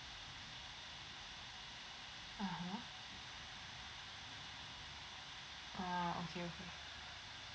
(uh huh) ah okay okay